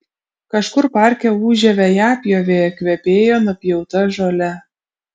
kažkur parke ūžė vejapjovė kvepėjo nupjauta žole